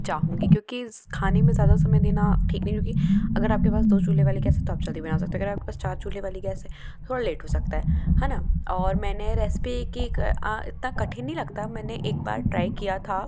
चाहूँगी क्योंकि इस खाने में ज़्यादा समय देना ठीक नहीं क्योंकि अगर आपके पास दो चूल्हे वाली गैस है तो आप जल्दी बना सकते हो अगर आपके पास चार चूल्हे वाली गैस हैं थोड़ा लेट हो सकता है है ना और मैंने रेसिपी की का इतना कठिन नहीं लगता मैंने एक बार ट्राई किया था